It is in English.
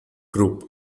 group